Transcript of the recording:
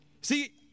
See